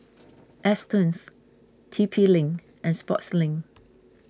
Astons T P link and Sportslink